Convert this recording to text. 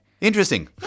Interesting